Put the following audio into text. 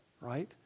right